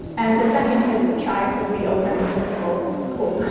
and the second is to try to reopen the physical school.